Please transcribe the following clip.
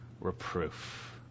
reproof